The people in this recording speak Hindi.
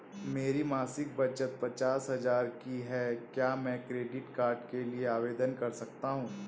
मेरी मासिक बचत पचास हजार की है क्या मैं क्रेडिट कार्ड के लिए आवेदन कर सकता हूँ?